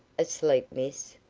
asleep, miss?